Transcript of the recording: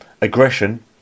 aggression